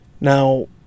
Now